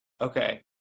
okay